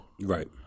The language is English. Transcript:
Right